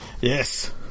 Yes